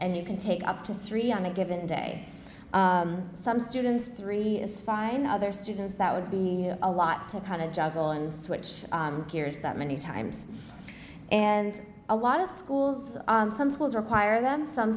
and you can take up to three on a given day some students three is fine other students that would be a lot to proud of juggle and switch gears that many times and a lot of schools some schools require them some